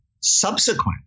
subsequent